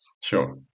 Sure